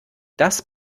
das